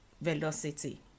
velocity